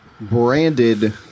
Branded